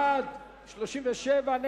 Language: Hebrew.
ם-תע"ל וקבוצת סיעת האיחוד הלאומי לסעיף 61(4)